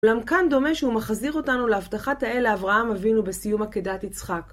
אולם כאן דומה שהוא מחזיר אותנו להבטחת האל לאברהם אבינו בסיום עקדת יצחק.